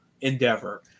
endeavor